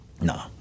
No